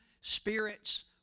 Spirit's